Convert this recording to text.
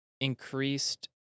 increased